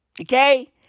Okay